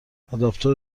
آداپتور